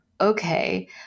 Okay